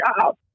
job